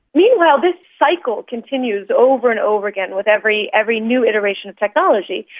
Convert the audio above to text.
meanwhile, this cycle continues over and over again with every every new iteration of technology.